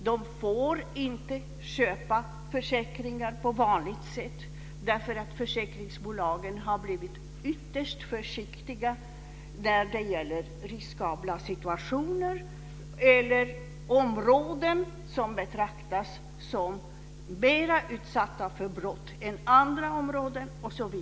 De får inte teckna försäkringar på vanligt sätt därför att försäkringsbolagen har blivit ytterst försiktiga beträffande riskabla situationer eller områden som betraktas som mera utsatta för brott än andra områden.